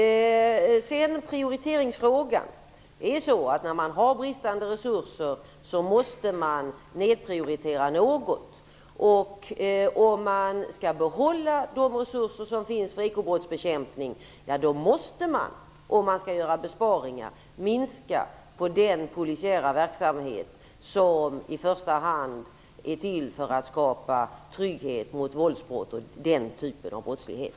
När det gäller prioriteringsfrågan vill jag säga att man när man har bristfälliga resurser måste nedprioritera något. Om man skall behålla befintliga resurser för ekobrottsbekämpningen måste man, om man skall göra besparingar, minska på den polisiära verksamhet som i första hand är till för att skapa trygghet mot våldsbrott och liknande typer av brottslighet.